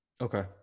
okay